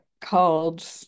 called